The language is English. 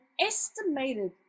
estimated